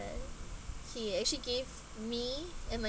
uh he actually gave me and my